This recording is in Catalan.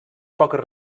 poques